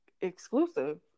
exclusive